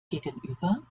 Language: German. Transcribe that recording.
gegenüber